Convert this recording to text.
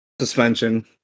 suspension